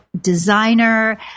designer